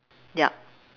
ya